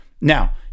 now